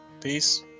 peace